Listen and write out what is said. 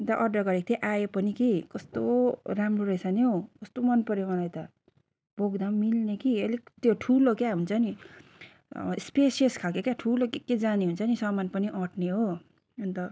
अन्त अर्डर गरेको थिएँ आयो पनि कि कस्तो राम्रो रहेछ नि हौ कस्तो मनपऱ्यो मलाई त बोक्दा पनि मिल्ने कि अलिक त्यो ठुलो क्या हुन्छ नि स्पेसियस खालके क्या ठुलो के के जाने हुन्छ नि समान पनि अट्ने हो अन्त